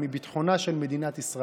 אני אומר בדיוק ההפך: